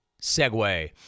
segue